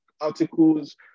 articles